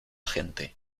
gente